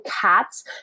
Cats